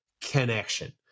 Connection